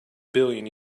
billion